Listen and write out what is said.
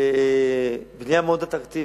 בנייה מאוד אטרקטיבית,